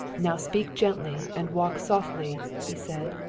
now speak gently and walk softly, he said.